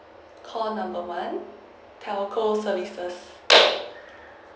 call number one telco services